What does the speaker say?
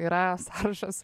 yra sąrašas